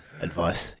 advice